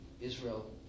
Israel